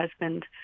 husband